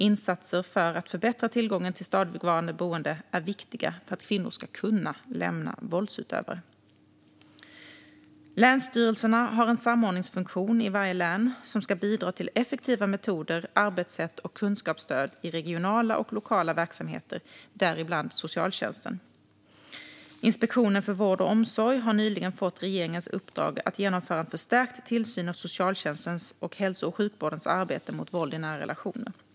Insatser för att förbättra tillgången till stadigvarande boende är viktiga för att kvinnor ska kunna lämna våldsutövare. Länsstyrelsen i varje län har en samordningsfunktion som ska bidra till effektiva metoder, arbetssätt och kunskapsstöd i regionala och lokala verksamheter, däribland socialtjänsten. Inspektionen för vård och omsorg har nyligen fått regeringens uppdrag att genomföra en förstärkt tillsyn av socialtjänstens och hälso och sjukvårdens arbete mot våld i nära relationer, A2021/01714.